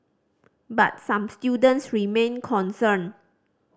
but some students remain concerned